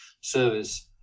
service